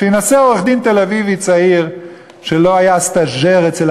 שינסה עורך-דין תל-אביבי צעיר שלא היה סטאז'ר אצל